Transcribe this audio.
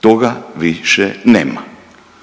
toga više nema.